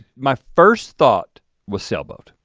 my first thought was sailboat.